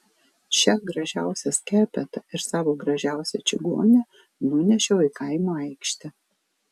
šią gražiausią skepetą ir savo gražiausią čigonę nunešiau į kaimo aikštę